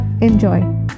Enjoy